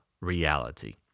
reality